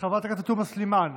חברת הכנסת תומא סלימאן,